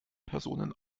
personen